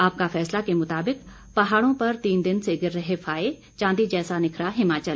आपका फैसला के मुताबिक पहाड़ों पर तीन दिन से गिर रहे फाहे चांदी जैसा निखरा हिमाचल